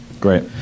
Great